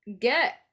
get